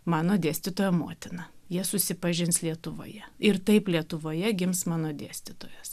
mano dėstytojo motina jie susipažins lietuvoje ir taip lietuvoje gims mano dėstytojas